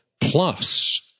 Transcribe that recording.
Plus